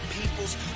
people's